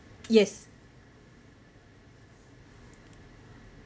yes